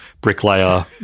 bricklayer